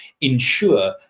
ensure